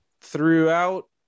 throughout